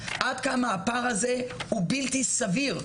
עד כמה הפער הזה הוא בלתי סביר.